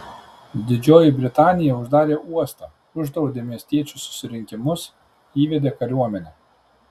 didžioji britanija uždarė uostą uždraudė miestiečių susirinkimus įvedė kariuomenę